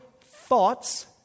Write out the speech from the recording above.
thoughts